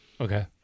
Okay